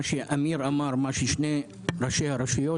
מה שאמר אמיר ומה שאמרו שני ראשי הרשויות,